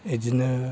बिदिनो